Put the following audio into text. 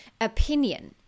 opinion